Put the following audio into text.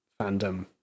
fandom